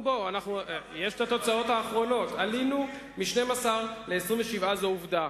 יש התוצאות האחרונות, עלינו מ-12 ל-27, זאת עובדה.